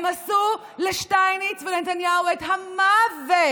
הם עשו לשטייניץ ולנתניהו את המוות,